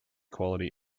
quality